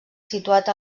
situat